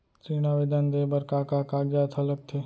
ऋण आवेदन दे बर का का कागजात ह लगथे?